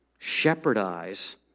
Shepherdize